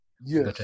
Yes